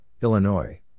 Illinois